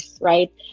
right